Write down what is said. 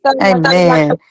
amen